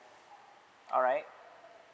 alright